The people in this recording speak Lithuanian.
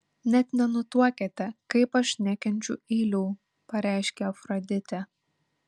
net nenutuokiate kaip aš nekenčiu eilių pareiškė afroditė